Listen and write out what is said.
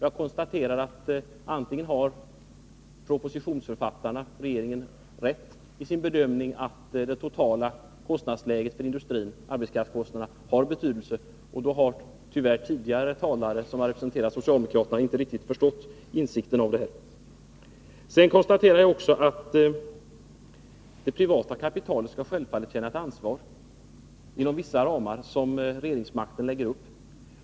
Jag konstaterar att propositionsförfattarna — regeringen — antagligen har rätt i sin bedömning att de totala arbetskraftskostnaderna för industrin har betydelse, och då har tyvärr tidigare talare som representerat socialdemokraterna inte riktigt förstått innebörden av detta. Sedan konstaterar jag också att det privata kapitalet självfallet skall känna ansvar, inom vissa ramar som regeringsmakten ställer upp.